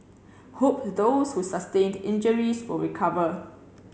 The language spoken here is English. hope those who sustained injuries will recover